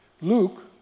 Luke